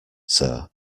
sir